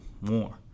more